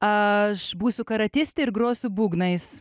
aš būsiu karatistė ir grosiu būgnais